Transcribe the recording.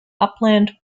upland